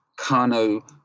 Kano